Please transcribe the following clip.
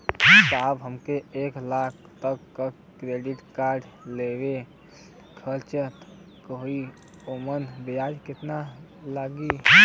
साहब हम एक लाख तक क क्रेडिट कार्ड लेवल सोचत हई ओमन ब्याज कितना लागि?